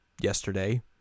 yesterday